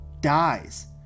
dies